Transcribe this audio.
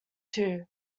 too